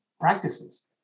practices